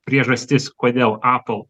priežastis kodėl apl